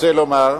רוצה לומר,